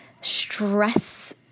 stress